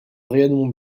rayonnement